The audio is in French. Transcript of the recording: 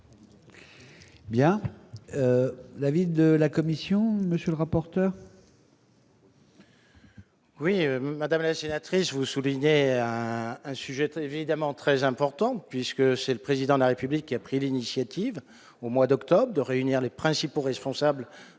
Bien l'avis de la Commission, monsieur le rapporteur. Oui, Madame la sénatrice, vous soulignez à un sujet très évidemment très importante puisque c'est le président de la République qui a pris l'initiative au mois d'octobre, de réunir les principaux responsables